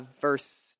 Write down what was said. verse